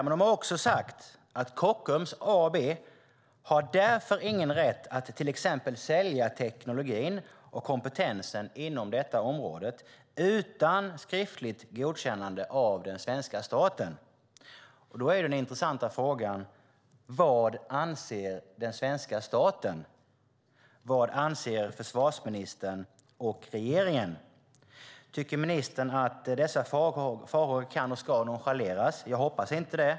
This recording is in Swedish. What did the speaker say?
FMV har också sagt att Kockums AB inte har någon rätt att till exempel sälja teknologin och kompetensen inom detta område utan skriftligt godkännande av den svenska staten. Den intressanta frågan blir då: Vad anser den svenska staten? Vad anser försvarsministern och regeringen? Tycker ministern att dessa farhågor kan och ska nonchaleras? Jag hoppas inte det.